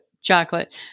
chocolate